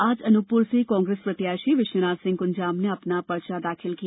आज अनूपपुर से कांग्रेस प्रत्याशी विश्वनाथ सिंह कुंजाम ने आज अपना पर्चा दाखिल किया